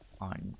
On